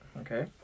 Okay